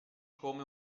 come